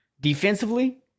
defensively